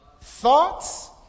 Thoughts